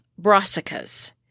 brassicas